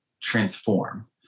transform